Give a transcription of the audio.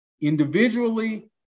individually